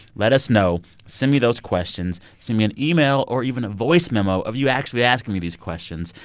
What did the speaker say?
let us know. send me those questions. send me an email or even a voice memo of you actually asking me these questions.